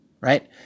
Right